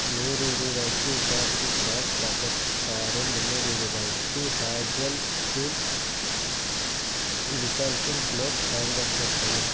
நூறு ரூபாய்க்கு Hershey's dark chocolate பாரும் முந்நூறு ரூபாய்க்கு ஹேஜ்ஜெல் ஸ்டீல் ரிசார்ஜல் க்ளோத் ஹேங்கர் சேர்க்கவும்